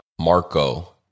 marco